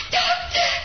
doctor